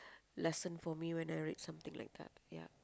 lesson for me when I read something like that yeah